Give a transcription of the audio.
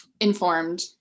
informed